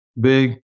big